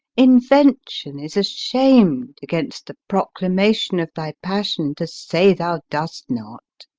invention is asham'd, against the proclamation of thy passion, to say thou dost not.